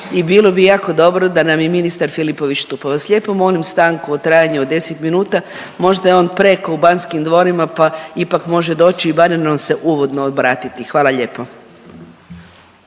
i bilo bi jako dobro da nam je ministar Filipović tu, pa vas lijepo molim stanku u trajanju od 10 minuta, možda je on preko u Banskim dvorima, pa ipak može doći i barem nam se uvodno obratiti, hvala lijepo.